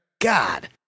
God